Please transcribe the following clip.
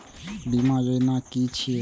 बीमा योजना कि छिऐ?